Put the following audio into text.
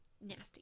nasty